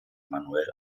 manuell